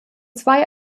zwei